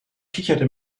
kicherte